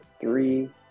three